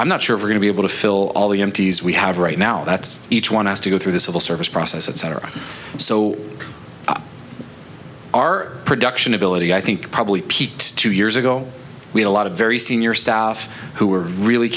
i'm not sure we're going to be able to fill all the empties we have right now that's each one has to go through the civil service process etc so our production ability i think probably peaked two years ago we had a lot of very senior staff who are really